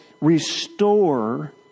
restore